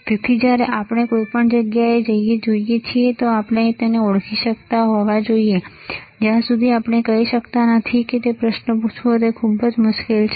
તેથી જ્યારે પણ આપણે કંઈપણ જોઈએ છીએ ત્યારે આપણે ઓળખી શકતા હોવા જોઈએ જ્યાં સુધી આપણે કહી શકતા નથી કે પ્રશ્ન પૂછવો તે ખૂબ જ મુશ્કેલ છે